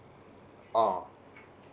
oh